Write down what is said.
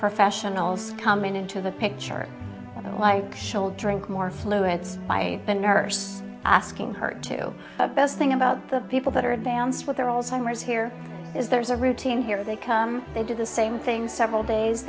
professionals come into the picture like shall drink more fluids by the nurse asking her to the best thing about the people that are advanced with their roles timers here is there's a routine here they come they do the same thing several days